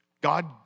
God